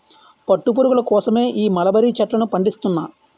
పట్టు పురుగుల కోసమే ఈ మలబరీ చెట్లను పండిస్తున్నా